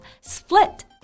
split